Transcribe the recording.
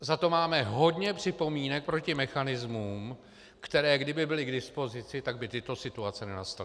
Zato máme hodně připomínek proti mechanismům, které kdyby byly k dispozici, tak by tyto situace nenastaly.